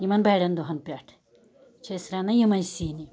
یمن بَڑیٚن دۄہَن پیٚٹھ چھِ أسۍ رنان یِمٕے سِنۍ